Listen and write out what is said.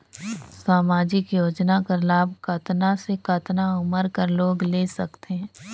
समाजिक योजना कर लाभ कतना से कतना उमर कर लोग ले सकथे?